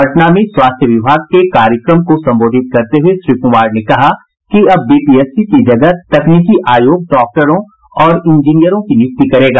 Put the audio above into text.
पटना में स्वास्थ्य विभाग के कार्यक्रम को संबोधित करते हुये श्री कुमार ने कहा कि अब बीपीएससी की जगह तकनीकी आयोग डॉक्टरों और इंजीनियरों की नियुक्ति करेगा